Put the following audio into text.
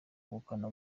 ubukana